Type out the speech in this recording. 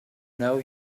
know